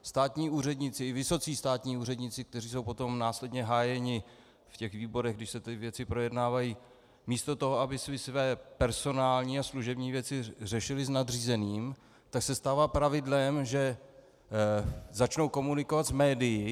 Státní úředníci, i vysocí státní úředníci, kteří jsou potom následně hájeni ve výborech, když se ty věci projednávají, místo toho, aby si své personální a služební věci řešili s nadřízeným, tak se stává pravidlem, že začnou komunikovat s médii.